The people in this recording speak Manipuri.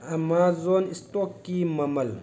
ꯑꯦꯃꯥꯖꯣꯟ ꯏꯁꯇꯣꯛꯀꯤ ꯃꯃꯜ